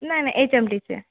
नाही नाही H M टीचे